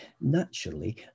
naturally